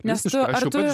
nes tu ar tu